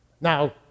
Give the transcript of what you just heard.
Now